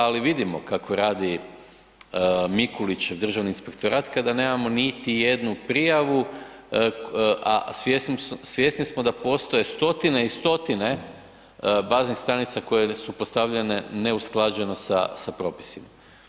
Ali vidimo kako radi Mikulićev Državni inspektorat kada nemamo niti jednu prijavu, a svjesni smo da postoje stotine i stotine baznih stanica koje su postavljene neusklađeno sa propisima.